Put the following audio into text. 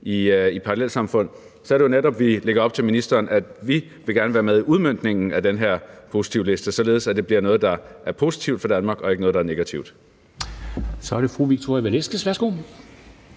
i parallelsamfund, er det jo netop, at vi lægger op til ministeren, at vi gerne vil være med i udmøntningen af den her positivliste, således at det bliver noget, der er positivt for Danmark, og ikke noget, der er negativt. Kl. 16:59 Formanden (Henrik